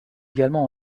également